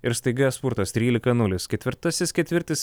ir staiga spurtas trylika nulis ketvirtasis ketvirtis